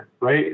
right